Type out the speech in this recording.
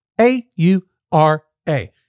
A-U-R-A